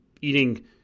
eating